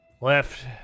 Left